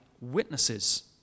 witnesses